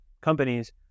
companies